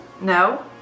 No